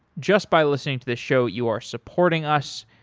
just by listening to the show, you are supporting us.